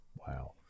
wow